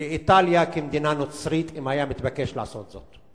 לאיטליה כמדינה נוצרית אם היה מתבקש לעשות זאת.